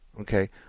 Okay